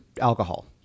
alcohol